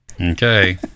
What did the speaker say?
Okay